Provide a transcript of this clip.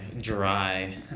dry